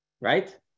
right